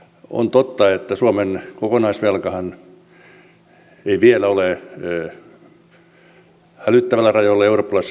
on totta että suomen kokonaisvelkahan ei vielä ole hälyttävillä rajoilla eurooppalaisissa vertailuissa